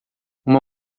uma